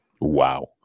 Wow